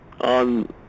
on